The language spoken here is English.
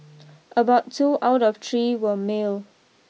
about two out of three were male